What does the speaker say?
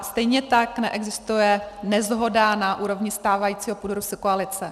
Stejně tak neexistuje neshoda na úrovni stávajícího půdorysu koalice.